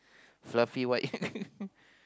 fluffy white